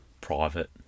Private